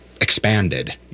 expanded